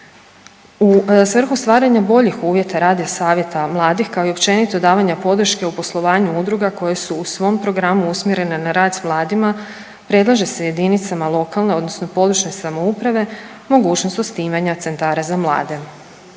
U svrhu stvaranja boljih uvjeta rada savjeta mladih kao i općenito, davanja podrške u poslovanju udruga koje su u svom programu usmjerene na rad s mladima, predlaže se jedinicama lokalne odnosno područne samouprave mogućnost osnivanja centara za mlade.